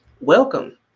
Welcome